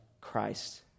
Christ